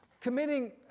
committing